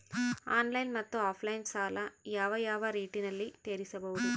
Online ಮತ್ತೆ offline ಸಾಲ ಯಾವ ಯಾವ ರೇತಿನಲ್ಲಿ ತೇರಿಸಬಹುದು?